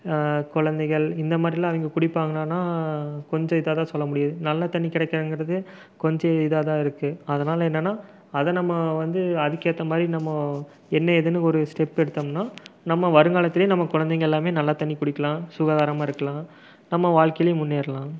குழந்தைகள் இந்த மாதிரில்லாம் அவங்க குடிப்பாங்கன்னா கொஞ்சம் இதாகதான் சொல்ல முடியுது நல்ல தண்ணி கிடைக்காதங்கிறது கொஞ்சம் இதாதான் இருக்குது அதனால் என்னென்னா அதை நம்ம வந்து அதுக்கேற்ற மாதிரி நம்ம என்ன ஏதுன்னு ஒரு ஸ்டெப் எடுத்தோம்னா நம்ம வருங்காலத்துலேயே நம்ம குழந்தைங்க எல்லாமே நல்ல தண்ணி குடிக்கலாம் சுகாதாரமாக இருக்கலாம் நம்ம வாழ்க்கையிலேயும் முன்னேறலாம்